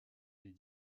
les